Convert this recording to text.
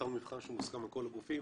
יצרנו מבחן שמוסכם על כל הגופים.